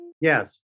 Yes